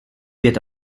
wird